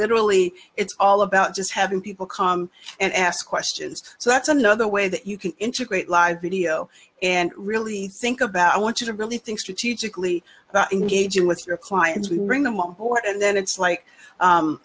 literally it's all about just having people come and ask questions so that's another way that you can integrate live video and really think about i want you to really think strategically engaging with your clients and bring them on board and then it's like